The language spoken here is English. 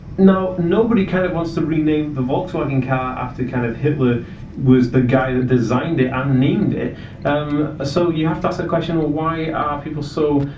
now nobody kind of wants to rename the volkswagen car after kind of hitler was the guy that designed it and named it um so you have to ask a question or why are people so